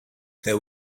there